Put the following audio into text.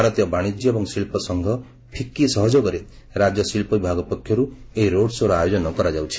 ଭାରତୀୟ ବାଶିଜ୍ୟ ଏବଂ ଶିଳ୍ବ ସଂଘ ଫିକି ସହଯୋଗରେ ରାକ୍ୟ ଶିକ୍ଷ ବିଭାଗ ପକ୍ଷରୁ ଏହି ରୋଡ୍ ଶୋ'ର ଆୟୋଜନ କରାଯାଉଛି